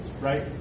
right